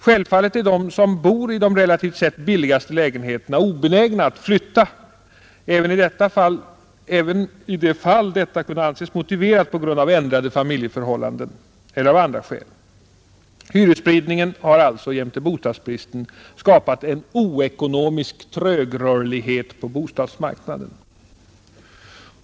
Självfallet är de som bor i de relativt sett billiga lägenheterna obenägna att flytta även i de fall detta kunde anses motiverat på grund av ändrade familjeförhållanden eller av andra skäl. Hyresspridningen har alltså jämte bostadsbristen skapat en oekonomisk trögrörlighet på bostadsmarknaden.